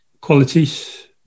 qualities